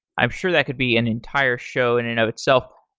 i'm sure that could be an entire show in and of itself.